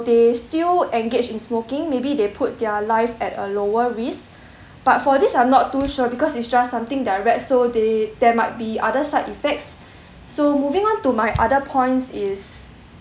they still engage in smoking maybe they put their lives at a lower risk but for this I'm not too sure because it's just something that I read so they there might be other side effects so moving on to my other points is